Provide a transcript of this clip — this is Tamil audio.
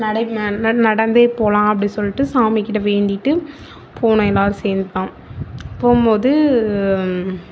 நடை ம ந நடந்தே போகலாம் அப்படின் சொல்லிட்டு சாமிக்கிட்டே வேண்டிகிட்டு போனோம் எல்லாேரும் சேர்ந்து தான் போகும்போது